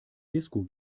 disco